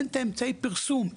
אין את אמצעי הפרסום,